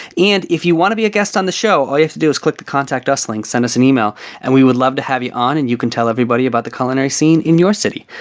and if you want to be a guest on the show, all you have to do is click the contact us link, send us an email and we would love to have you on and you can tell everybody about the culinary scene in your city.